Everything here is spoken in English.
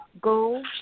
go